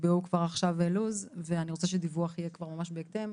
תקבעו כבר עכשיו לו"ז ואני רוצה שדיווח יהיה כבר ממש בהקדם,